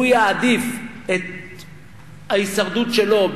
והוא יעדיף את ההישרדות שלו,